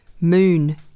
Moon